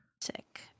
Sick